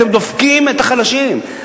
אתם דופקים את החלשים.